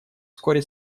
вскоре